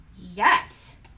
Yes